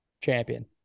champion